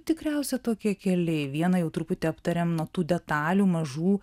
tikriausia tokie keliai vieną jau truputį aptarėm nuo tų detalių mažų